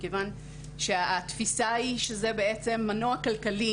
מכיוון שהתפיסה היא שזה בעצם מנוע כלכלי